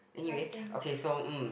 nothing